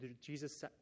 Jesus